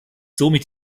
somit